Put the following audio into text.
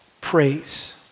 praise